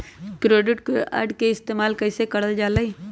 Credit card के इस्तेमाल कईसे करल जा लई?